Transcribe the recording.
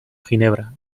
ginebra